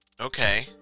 Okay